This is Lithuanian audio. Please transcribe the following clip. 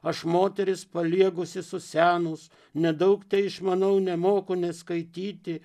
aš moteris paliegusi susenus nedaug te išmanau nemoku ne skaityti